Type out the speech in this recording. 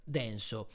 denso